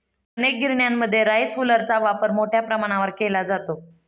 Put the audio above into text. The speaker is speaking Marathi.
अनेक गिरण्यांमध्ये राईस हुलरचा वापर मोठ्या प्रमाणावर केला जातो